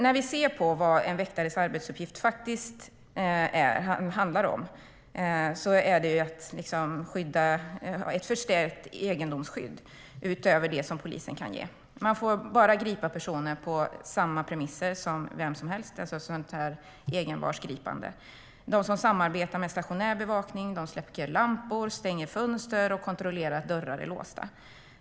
När vi tittar på vad en väktares arbetsuppgifter faktiskt är ser vi att det handlar om ett förstärkt egendomsskydd utöver det polisen kan ge. Väktare får bara gripa personer på samma premisser som vem som helst, det vill säga envarsgripande. De som samarbetar med stationär bevakning släcker lampor, stänger fönster och kontrollerar att dörrar är låsta.